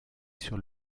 sur